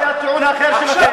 מה היה הטיעון האחר שלכם?